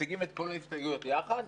מציגים את כל ההסתייגויות יחד?